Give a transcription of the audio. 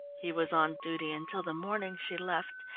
he was on duty until the morning she left,